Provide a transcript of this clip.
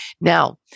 Now